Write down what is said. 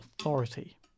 authority